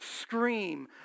scream